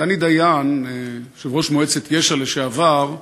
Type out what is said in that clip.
דני דיין, יושב-ראש מועצת יש"ע לשעבר,